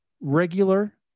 regular